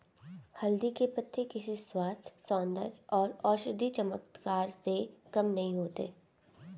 हल्दी के पत्ते किसी स्वास्थ्य, सौंदर्य और औषधीय चमत्कार से कम नहीं होते